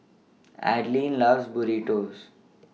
Adilene loves Burritos